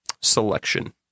selection